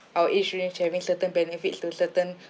our insurance having certain benefits to certain